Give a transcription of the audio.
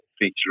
feature